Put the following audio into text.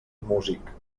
músic